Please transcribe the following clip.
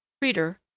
reader,